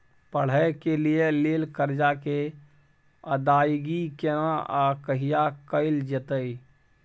पढै के लिए लेल कर्जा के अदायगी केना आ कहिया कैल जेतै?